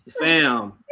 Fam